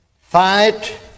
Fight